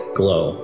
glow